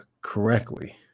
correctly